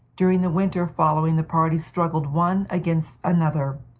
during the winter following the parties struggled one against another,